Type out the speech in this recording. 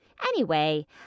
Anyway